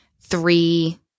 three